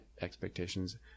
expectations